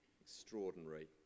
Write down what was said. Extraordinary